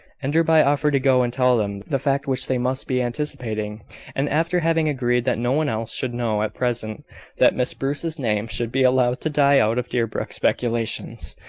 enderby offered to go and tell them the fact which they must be anticipating and, after having agreed that no one else should know at present that miss bruce's name should be allowed to die out of deerbrook speculations,